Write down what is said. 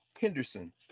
Henderson